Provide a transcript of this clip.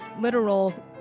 literal